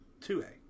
2A